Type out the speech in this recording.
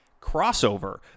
crossover